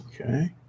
Okay